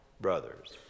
brothers